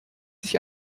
sich